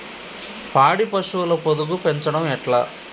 పాడి పశువుల పొదుగు పెంచడం ఎట్లా?